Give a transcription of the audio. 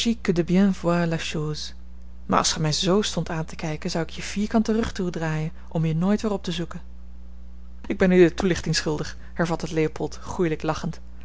maar als gij mij z stondt aan te kijken zou ik je vierkant den rug toedraaien om je nooit weer op te zoeken ik ben u de toelichting schuldig hervatte leopold goelijk lachend